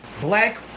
black